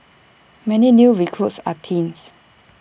many new recruits are teens